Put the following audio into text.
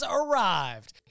arrived